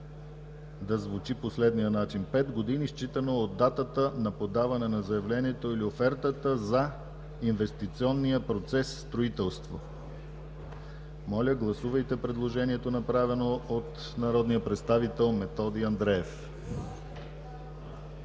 да звучи по следния начин: „Пет години, считано от датата на подаване на заявлението или офертата – за инвестиционния процес „строителство”.” Моля, гласувайте предложението, направено от народния представител Методи Андреев.